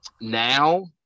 now